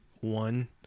one